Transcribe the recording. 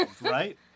right